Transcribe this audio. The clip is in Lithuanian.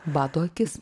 bado akis